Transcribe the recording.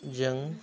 जों